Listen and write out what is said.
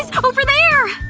so over there!